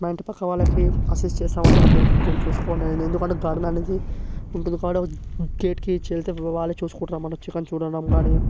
మా ఇంటిపక్క వాళ్ళకి అసిస్ట్ చేస్తామన్నమాట మీరు కొంచెం చూసుకోండని ఎందుకంటే గార్డెనానికి ఇంటికాడ గేట్ కీ ఇచ్చి వెళ్తే వాళ్ళే చూసుకుంటారన్నమాట వచ్చికాని చూడడంకాని